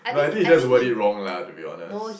but I think you just word it wrong lah to be honest